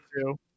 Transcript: two